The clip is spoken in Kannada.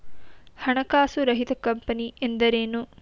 ಹಣಕಾಸು ರಹಿತ ಕಂಪನಿ ಎಂದರೇನು?